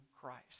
Christ